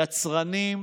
יצרנים,